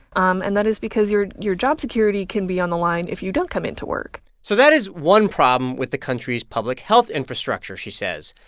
um and that is because your your job security can be on the line if you don't come into work so that is one problem with the country's public health infrastructure, she says.